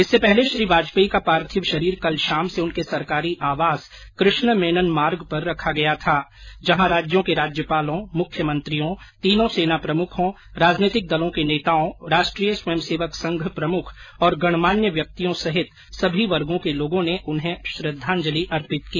इससे पहले श्री वाजपेयी का पार्थिव शरीर कल शाम से उनके सरकारी आवास कृष्ण मेनन मार्ग पर रखा गया था जहां राज्यों के राज्यपालों मुख्यमंत्रियों तीनों सेना प्रमुखों राजनीतिक दलों के नेताओं राष्ट्रीय स्वयं सेवक संघ प्रमुख और गणमान्य व्यक्तियों सहित सभी वर्गो के लोगों ने उन्हें श्रद्वांजलि अर्पित की